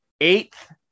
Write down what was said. eighth